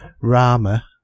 Rama